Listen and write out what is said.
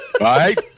Right